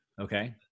Okay